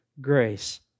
grace